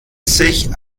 sich